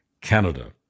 Canada